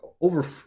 over